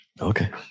Okay